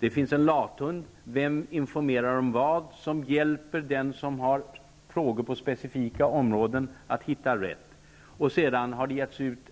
Det finns en lathund, Vem informerar om vad?, som hjälper den som har frågor på specifika områden att hitta rätt. Vidare har